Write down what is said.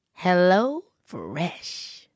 HelloFresh